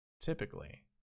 Typically